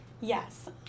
Yes